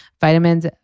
vitamins